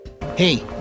Hey